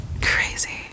crazy